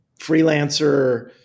freelancer